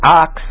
ox